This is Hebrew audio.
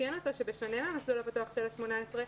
שבשונה מן המסלול הפתוח של ה-18,